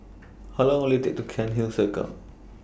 How Long Will IT Take to Cairnhill Circle